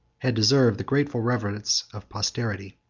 had deserved the grateful reverence of posterity.